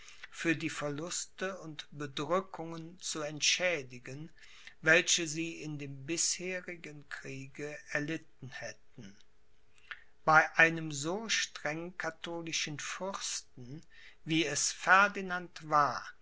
für die verluste und bedrückungen zu entschädigen welche sie in dem bisherigen kriege erlitten hätten bei einem so streng katholischen fürsten wie es ferdinand war